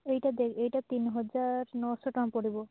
ଏଇଟା ଦେଖ୍ ଏଇଟା ତିନି ହଜାର୍ ନଅଶହ ଟଙ୍କା ପଡ଼ିବ